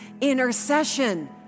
intercession